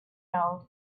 held